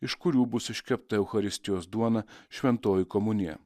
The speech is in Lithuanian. iš kurių bus iškepta eucharistijos duona šventoji komunija